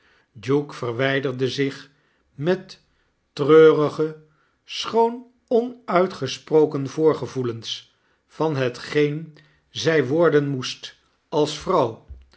duke verwijderde zich met treurige schoononuitgesproken voorgevoelens van hetgeen zy worden moest als vrouw